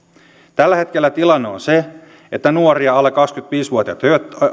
tällä hetkellä tilanne on se että nuoria alle kaksikymmentäviisi vuotiaita